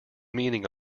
meaning